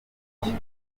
batuye